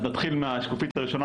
אז נתחיל מהשקופית הראשונה,